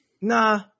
nah